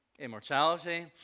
immortality